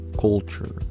culture